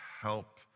help